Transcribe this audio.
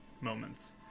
moments